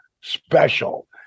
special